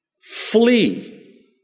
flee